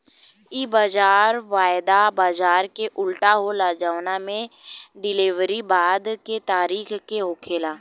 इ बाजार वायदा बाजार के उल्टा होला जवना में डिलेवरी बाद के तारीख में होखेला